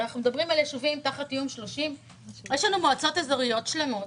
הרי אנחנו מדברים על ישובים תחת איום 30. יש לנו מועצות אזוריות שלמות,